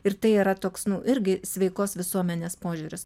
ir tai yra toks nu irgi sveikos visuomenės požiūris